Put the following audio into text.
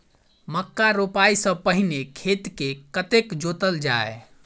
मक्का रोपाइ सँ पहिने खेत केँ कतेक जोतल जाए?